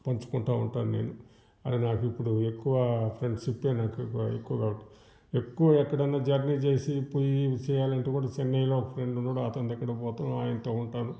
పంచుకుంటూ ఉంటాను నేను అది నాకిప్పుడు ఎక్కువ ఫ్రెండ్షిప్పే నాకెక్కువ కాబట్టి ఎక్కువ ఎక్కడన్నా జర్నీ చేసి పోయి చేయాలంటే కూడా చెన్నైలో ఒక ఫ్రెండ్ ఉన్నాడు అతని దగ్గరికి పోతాను ఆయనతో ఉంటాను